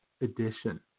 Edition